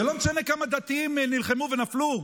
זה לא משנה כמה דתיים נלחמו ונפלו.